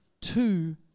two